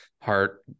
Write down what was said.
heart